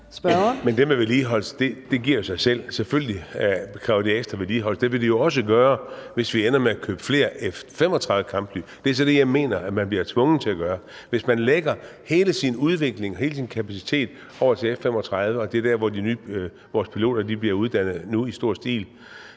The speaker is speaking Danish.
Men det med vedligeholdelse giver jo sig selv, for selvfølgelig kræver det ekstra vedligeholdelse. Det vil det jo også gøre, hvis vi ender med at købe flere F-35-kampfly. Det er så det, jeg mener man bliver tvunget til at gøre. Hvis man lægger hele sin kapacitet over i F-35 – og det er i dem, vores piloter nu i stor stil